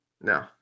No